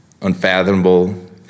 unfathomable